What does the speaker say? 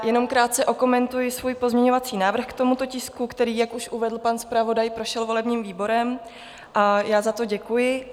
Jenom krátce okomentuji svůj pozměňovací návrh k tomuto tisku, který, jak již uvedl pan zpravodaj, prošel volebním výborem, a za to děkuji.